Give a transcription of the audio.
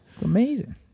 amazing